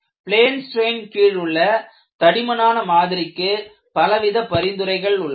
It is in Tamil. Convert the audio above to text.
பிளேன் ஸ்ட்ரெய்ன் கீழுள்ள தடிமனான மாதிரிக்கு பலவித பரிந்துரைகள் உள்ளன